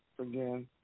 again